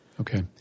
Okay